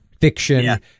fiction